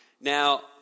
Now